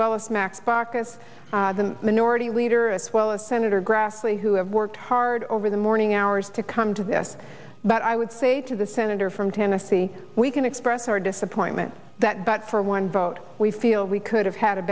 well as max baucus the minority leader as well as senator grassley who have worked hard over the morning hours to come to this but i would say to the senator from tennessee we can express our disappointment that but for one vote we feel we could have had a